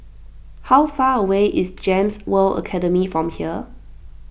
how far away is Gems World Academy from here